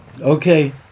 Okay